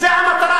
זו המטרה